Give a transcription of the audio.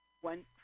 one